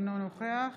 אינו נוכח